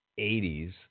80s